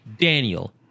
Daniel